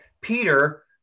Peter